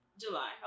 July